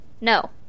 no